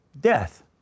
death